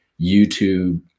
YouTube